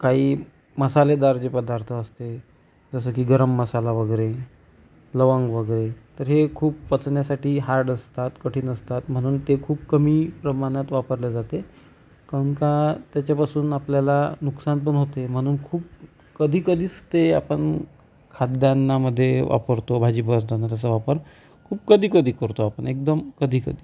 काही मसालेदार जे पदार्थ असते जसं की गरम मसाला वगैरे लवंग वगे तर हे खूप पचण्यासाठी हार्ड असतात कठीण असतात म्हणून ते खूप कमी प्रमाणात वापरल्या जाते काऊन का तेच्यापासून आपल्याला नुकसान पण होते म्हणून खूप कधीकधीच ते आपण खाद्यान्नामध्ये वापरतो भाजी करताना त्याचा वापर खूप कधीकधी करतो आपण एकदम कधीकधी